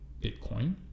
Bitcoin